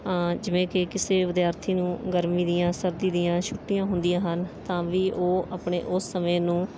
ਜਿਵੇਂ ਕਿ ਕਿਸੇ ਵਿਦਿਆਰਥੀ ਨੂੰ ਗਰਮੀ ਦੀਆਂ ਸਰਦੀ ਦੀਆਂ ਛੁੱਟੀਆਂ ਹੁੰਦੀਆਂ ਹਨ ਤਾਂ ਵੀ ਉਹ ਆਪਣੇ ਉਸ ਸਮੇ ਨੂੰ